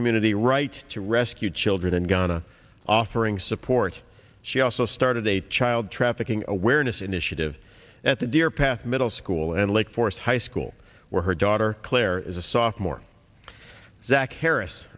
community write to rescue children in ghana offering support she also started a child trafficking awareness initiative at the deer path middle school and lake forest high school where her daughter claire is a soft more zack harris